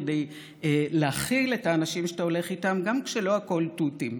כדי להכיל את האנשים שאתה הולך איתם גם כשלא הכול תותים.